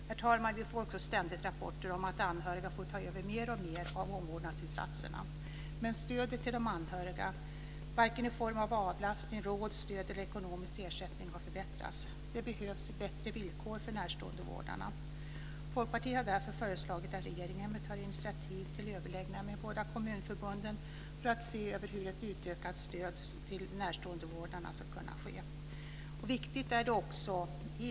Herr talman! Vi får också ständigt rapporter om att anhöriga får ta över mer och mer av omvårdnadsinsatserna. Men stödet till de anhöriga, vare sig i form av avlastning, råd, stöd eller ekonomisk ersättning, har inte förbättrats. Det behövs bättre villkor för närståendevårdare. Folkpartiet har därför föreslagit att regeringen bör ta initiativ till överläggningar med båda kommunförbunden för att se över hur ett utökat stöd till dem som vårdar närstående ska kunna utformas.